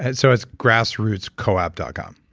and so it's grassrootscoop ah dot com,